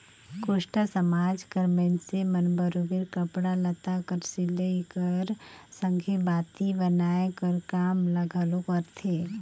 कोस्टा समाज कर मइनसे मन बरोबेर कपड़ा लत्ता कर सिलई कर संघे बाती बनाए कर काम ल घलो करथे